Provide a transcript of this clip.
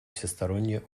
всестороннее